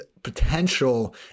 potential